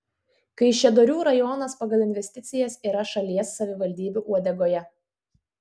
kaišiadorių rajonas pagal investicijas yra šalies savivaldybių uodegoje